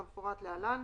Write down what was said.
כמפורט להלן: